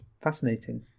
Fascinating